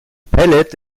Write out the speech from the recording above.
pellet